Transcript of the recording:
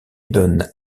donne